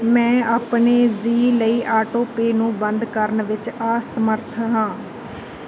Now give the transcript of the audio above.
ਮੈਂ ਆਪਣੇ ਜ਼ੀ ਲਈ ਆਟੋਪੇਅ ਨੂੰ ਬੰਦ ਕਰਨ ਵਿੱਚ ਅਸਮਰੱਥ ਹਾਂ